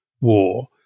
War